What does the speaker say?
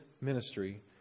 ministry